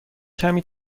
کمی